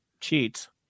cheats